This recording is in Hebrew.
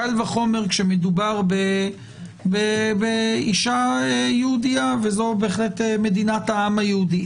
קל וחומר כשמדובר באישה יהודייה וזו בהחלט מדינת העם היהודי,